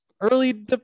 early